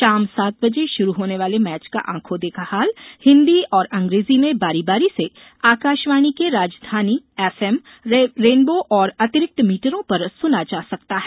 शाम सात बजे शुरू होने वाले मैच का आंखो देखा हाल हिन्दी और अंग्रेजी में बारी बारी से आकाशवाणी के राजधानी एफएम रैनबो और अतिरिक्त मीटरों पर सुना जा सकता है